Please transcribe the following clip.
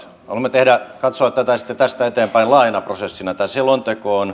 haluamme katsoa tätä sitten tästä eteenpäin laajana prosessina